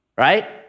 right